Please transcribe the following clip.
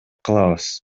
кылабыз